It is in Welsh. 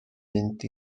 mynd